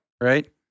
Right